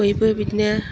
बयबो बिदिनो